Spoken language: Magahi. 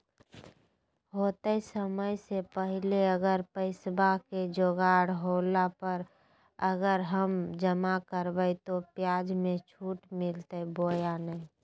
होतय समय से पहले अगर पैसा के जोगाड़ होला पर, अगर हम जमा करबय तो, ब्याज मे छुट मिलते बोया नय?